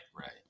Right